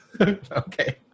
okay